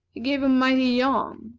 he gave a mighty yawn,